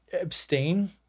abstain